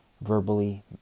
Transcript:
verbally